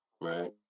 Right